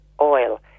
oil